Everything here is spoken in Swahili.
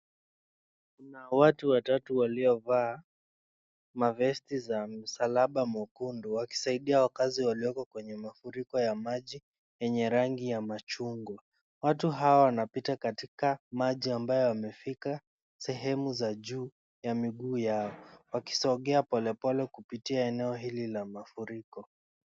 Kuna watu watatu waliovaa mavest za msalaba mwekundu wakisaidia wakaazi walioko kwenye mafuriko ya maji, yenye rangi ya machungwa. Watu hawa wanapita katika maji ambayo yamefika sehemu za juu ya minguu yao. Wakisongea polepole kupitia eneo hili la mafuriko.